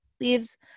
leaves